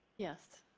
yes.